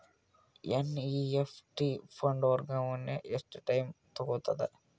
NEFT fund ವರ್ಗಾವಣೆ ಎಷ್ಟ time ತೋಗೊತದ?